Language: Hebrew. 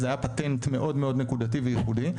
זה היה פטנט מאוד מאוד נקודתי וייחודי,